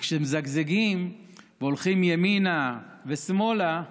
וכשמזגזגים והולכים ימינה ושמאלה,